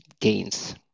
gains